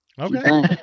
Okay